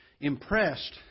impressed